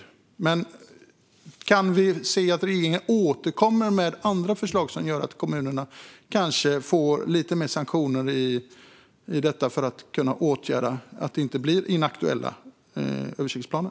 Kommer vi att få se regeringen återkomma med andra förslag som gör att det blir lite mer sanktioner så att kommunerna ser till att det inte blir inaktuella översiktsplaner?